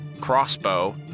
crossbow